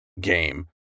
game